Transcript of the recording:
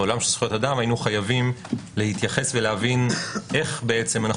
בעולם של זכויות האדם היינו חייבים להתייחס ולהבין איך אנו